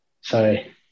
Sorry